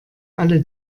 alle